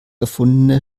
erfundene